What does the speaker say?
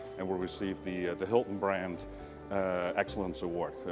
and we received the the hilton brand excellence award,